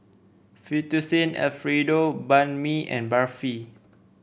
Fettuccine Alfredo Banh Mi and Barfi